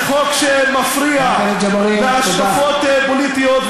זה חוק שמפריע להשקפות פוליטיות,